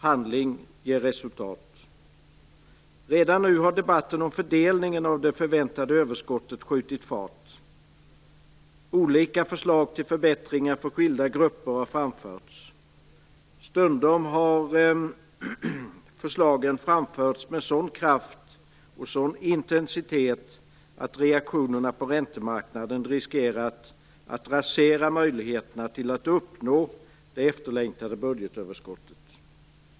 Handling ger resultat. Redan nu har debatten om fördelningen av det förväntade överskottet skjutit fart. Olika förslag till förbättringar för skilda grupper har framförts. Stundom har förslagen framförts med sådan kraft och intensitet att reaktionerna på räntemarknaden riskerat att rasera möjligheterna till att uppnå det efterlängtade budgetöverskottet.